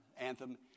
anthem